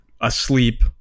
asleep